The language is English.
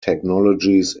technologies